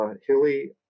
hilly